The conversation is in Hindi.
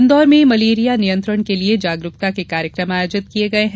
इन्दौर में मलेरिया नियंत्रण के लिए जागरूकता के कार्यक्रम आयोजित किये गये हैं